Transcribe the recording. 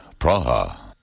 Praha